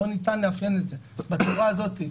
לא ניתן לאפיין את זה בצורה הזאת.